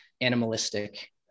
animalistic